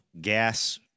gas